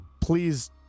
Please